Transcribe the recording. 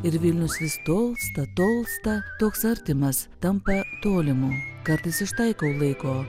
ir vilnius vis tolsta tolsta toks artimas tampa tolimu kartais ištaikau laiko